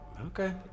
okay